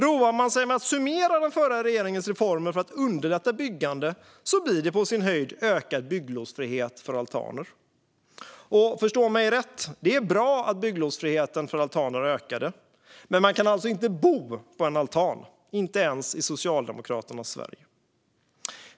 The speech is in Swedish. Roar man sig med att summera den förra regeringens reformer för att underlätta byggande blir det på sin höjd ökad bygglovsfrihet för altaner. Förstå mig rätt: Det var bra att bygglovsfriheten för altaner ökade. Men man kan inte bo på en altan, inte ens i Socialdemokraternas Sverige.